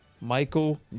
Michael